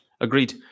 Agreed